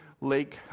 lake